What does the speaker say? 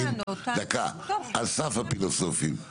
או על סף הפילוסופיים.